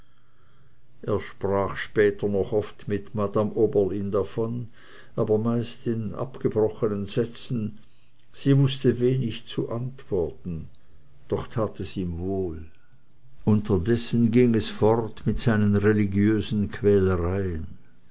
er sprach später noch oft mit madame oberlin davon aber meist in abgebrochenen sätzen sie wußte wenig zu antworten doch tat es ihm wohl unterdessen ging es fort mit seinen religiösen quälereien